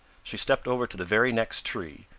she stepped over to the very next tree,